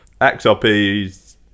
XRP